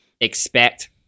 expect